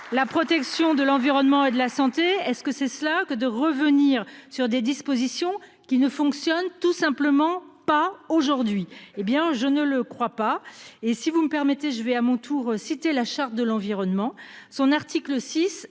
la protection de l'environnement et de la santé, est-ce que c'est cela que de revenir sur des dispositions qui ne fonctionne tout simplement pas aujourd'hui, hé bien je ne le crois pas et si vous me permettez, je vais à mon tour citer la charte de l'environnement. Son article 6